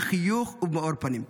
בחיוך ובמאור פנים.